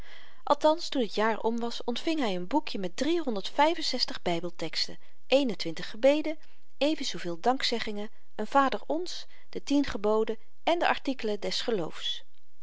althans toen t jaar om was ontving hy n boekje met drie honderd vyf en zestig bybelteksten één en twintig gebeden even zooveel dankzeggingen een vader ons de tien geboden en de artikelen des geloofs